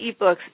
eBooks